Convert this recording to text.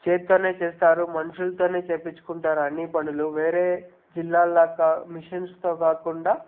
చేత్తోనే చేస్తారు మనుషులతోనే చేయించుకుంటారు అన్నీ పనులు వేరే జిల్లాల కా మిషన్స్తో కాకుండా